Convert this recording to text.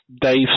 Dave